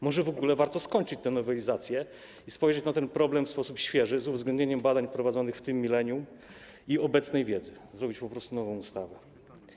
Może w ogóle warto skończyć nowelizację i spojrzeć na ten problem w sposób świeży, z uwzględnieniem badań prowadzonych w tym milenium i obecnej wiedzy, przygotować po prostu nową ustawę.